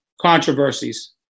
controversies